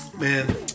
man